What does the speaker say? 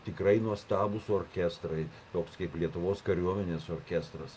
tikrai nuostabūs orkestrai toks kaip lietuvos kariuomenės orkestras